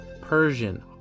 Persian